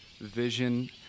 vision